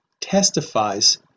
testifies